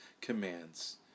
commands